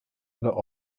oder